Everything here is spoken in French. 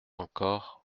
encore